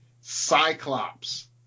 Cyclops